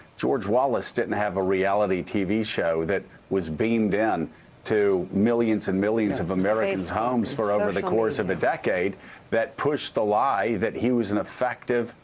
george wallace didn't have a reality tv show that was beamed in to millions and millions of americans' homes for other the course of a decade that pushed the lie that he was an effective,